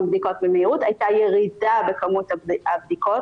בדיקות במהירות הייתה ירידה בכמות הבדיקות,